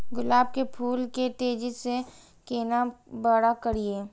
गुलाब के फूल के तेजी से केना बड़ा करिए?